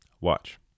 Watch